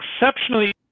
exceptionally